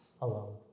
alone